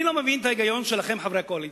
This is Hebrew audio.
אני לא מבין את ההיגיון שלכם, חברי הקואליציה.